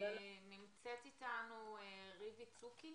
ריבי צוק,